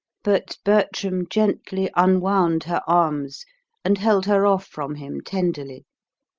but bertram gently unwound her arms and held her off from him tenderly.